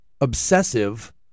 obsessive